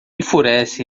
enfurece